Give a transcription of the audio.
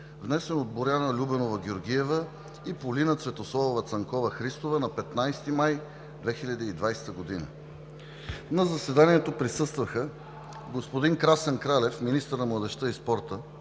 внесен от Боряна Любенова Георгиева и Полина Христова на 15 май 2020 г. На заседанието присъстваха господин Красен Кралев – министър на младежта и спорта,